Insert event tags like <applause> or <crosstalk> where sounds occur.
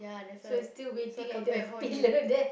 so it's still waiting at the pillar <laughs> there